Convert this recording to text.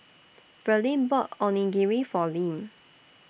Verlin bought Onigiri For Lim